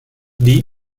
die